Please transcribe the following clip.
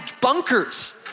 bunkers